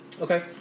Okay